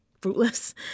fruitless